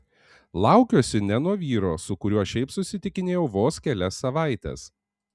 laukiuosi ne nuo vyro su kuriuo šiaip susitikinėjau vos kelias savaites